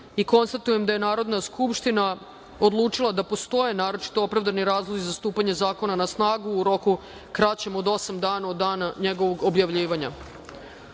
204.Konstatujem da je Narodna skupština odlučila da postoje naročito opravdani razlozi za stupanje zakona na snagu u roku kraćem od osam dana od dana njegovog objavljivanja. Prelazimo